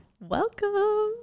Welcome